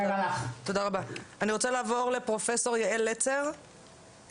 אני רוצה לעבור לפרופ' יעל לצר,